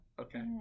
okay